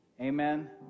amen